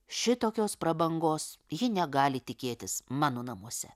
šitokios prabangos ji negali tikėtis mano namuose